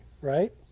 right